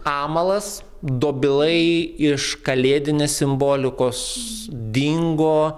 amalas dobilai iš kalėdinės simbolikos dingo